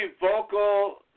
vocal